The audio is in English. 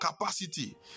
capacity